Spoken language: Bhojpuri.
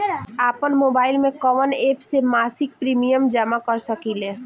आपनमोबाइल में कवन एप से मासिक प्रिमियम जमा कर सकिले?